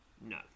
No